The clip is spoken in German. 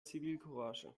zivilcourage